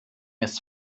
ist